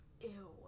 Ew